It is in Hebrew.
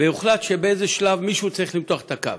הוחלט שבאיזשהו שלב מישהו צריך למתוח את הקו.